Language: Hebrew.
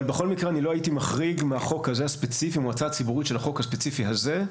בכל מקרה אני לא הייתי מחריג מהמועצה הציבורית של החוק הספציפי הזה,